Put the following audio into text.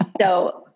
So-